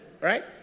right